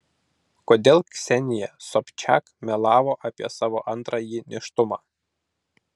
kodėl ksenija sobčiak melavo apie savo antrąjį nėštumą